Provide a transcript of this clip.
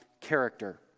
character